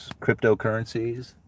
cryptocurrencies